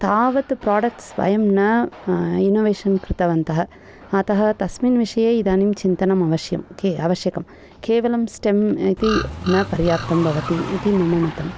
तावत् प्राडक्ट्स् वयं न इनोवेषन् कृतवन्तः अतः तस्मिन् विषये इदानीं चिन्तनम् अवश्यम् के आवश्यकम् केवलं स्टेम् इति न पर्याप्तं भवति इति मम मतम्